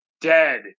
dead